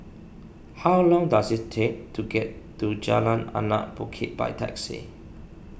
how long does it take to get to Jalan Anak Bukit by taxi